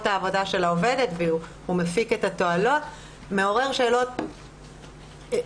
העבודה של העובדת והוא מפיק את התועלות מעורר שאלות ערכיות